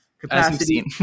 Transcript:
capacity